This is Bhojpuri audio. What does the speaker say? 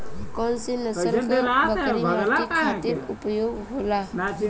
कौन से नसल क बकरी मीट खातिर उपयोग होली?